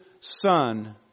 Son